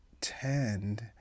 tend